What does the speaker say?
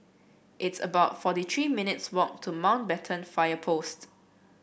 it's about forty three minutes' walk to Mountbatten Fire Post